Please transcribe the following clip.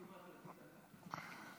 הבנת למה עכשיו אני מדבר ולא לפני